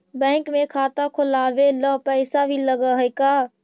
Bank में खाता खोलाबे ल पैसा भी लग है का?